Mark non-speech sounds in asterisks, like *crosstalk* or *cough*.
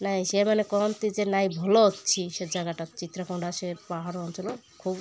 ନାହିଁ ସେମାନେ କହନ୍ତି ଯେ ନାହିଁ ଭଲ ଅଛି ସେ ଜାଗାଟା ଚିତ୍ରକୁଣ୍ଡା ସେ ପାହାଡ଼ ଅଞ୍ଚଳ *unintelligible*